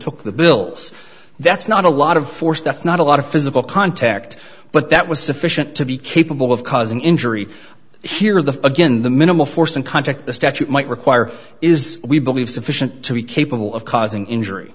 took the bills that's not a lot of force that's not a lot of physical contact but that was sufficient to be capable of causing injury here the again the minimal force and contact the statute might require is we believe sufficient to be capable of causing injury